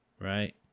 Right